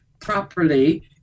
properly